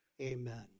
amen